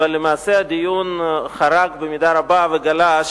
אבל למעשה הדיון חרג במידה רבה וגלש